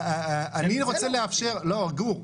גור,